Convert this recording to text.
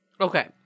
Okay